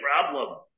problem